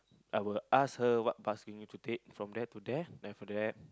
I will ask her what bus you need to take from there to there then after that